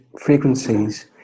frequencies